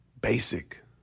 basic